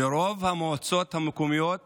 ורוב המועצות המקומיות